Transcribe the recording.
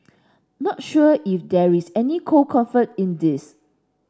not sure if there is any cold comfort in this